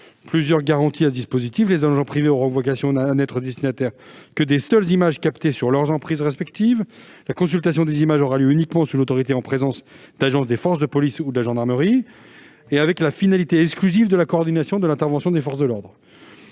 complémentaires à ce dispositif. Les agents privés auront vocation à n'être destinataires que des seules images captées sur leurs emprises respectives. La consultation des images aura lieu uniquement sous l'autorité et en présence d'agents des forces de police ou de gendarmerie, avec pour finalité exclusive la coordination des interventions avec lesdites